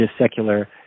secular